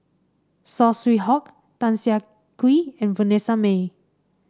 Saw Swee Hock Tan Siah Kwee and Vanessa Mae